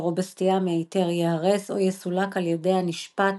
או בסטייה מהיתר ייהרס או יסולק על ידי הנשפט